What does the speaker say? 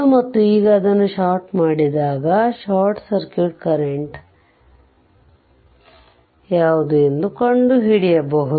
ಮತ್ತು ಈಗ ಅದನ್ನು ಷಾರ್ಟ್ ಮಾಡಿದಾಗ ಶಾರ್ಟ್ ಸರ್ಕ್ಯೂಟ್ ಕರೆಂಟ್ ಯಾವುದು ಎಂದು ಕಂಡುಹಿಡಿಯಬಹುದು